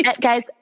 guys